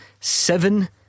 seven